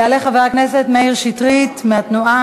יעלה חבר הכנסת מאיר שטרית מהתנועה.